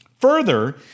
Further